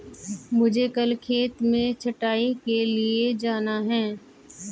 मुझे कल खेत में छटाई के लिए जाना है